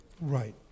Right